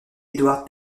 edward